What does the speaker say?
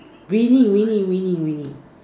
winning winning winning winning